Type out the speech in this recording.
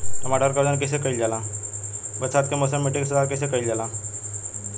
टमाटर क वजन कईसे कईल जाला?